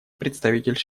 представитель